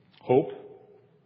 hope